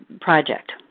project